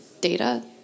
data